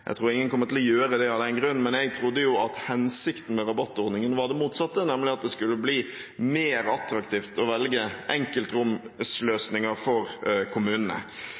Jeg tror ingen kommer til å gjøre det av den grunn, men jeg trodde jo at hensikten med rabattordningen var det motsatte, nemlig at det skulle bli mer attraktivt å velge enkeltromsløsninger for kommunene.